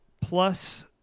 plus